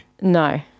No